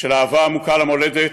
של אהבה עמוקה למולדת,